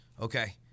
Okay